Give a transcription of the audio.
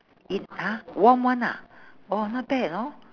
it !huh! warm one ah oh not bad hor